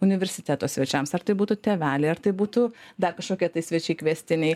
universiteto svečiams ar tai būtų tėveliai ar tai būtų dar kažkokie tai svečiai kviestiniai